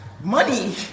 money